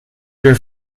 weer